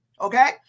okay